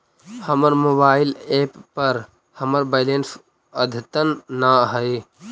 हमर mobile app पर हमर बैलेंस अद्यतन ना हई